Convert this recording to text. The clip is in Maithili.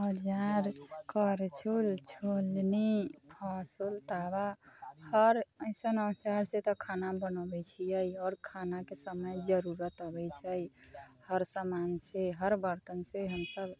औजार करछुल छोलनी हाँसू तवा आओर ऐसन औजारसँ तऽ खाना बनाबै छियै आओर खानाके समय जरुरत अबै छै हर सामानके हर बर्तनके हम सभ